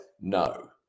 no